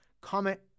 Comment